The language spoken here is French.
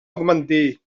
augmenté